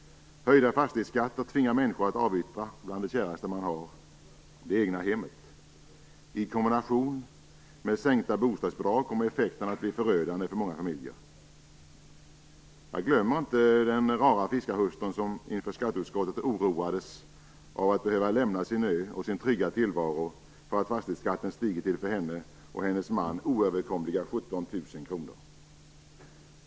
Höjda fastighetsskatter tvingar människor att avyttra bland det käraste de har, det egna hemmet. I kombination med sänkta bostadsbidrag kommer effekterna att bli förödande för många familjer. Jag glömmer inte den rara fiskarhustrun som inför skatteutskottet oroades inför att behöva lämna sin ö och sin trygga tillvaro för att fastighetsskatten stigit till för henne och hennes man oöverkomliga 17 000 kronor.